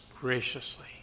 graciously